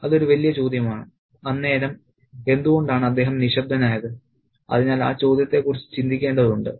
അത് ഒരു വലിയ ചോദ്യമാണ് അന്നേരം എന്തുകൊണ്ടാണ് അദ്ദേഹം നിശബ്ദനായത് അതിനാൽ ആ ചോദ്യത്തെ കുറിച്ച് ചിന്തിക്കേണ്ടതുണ്ട്